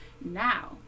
Now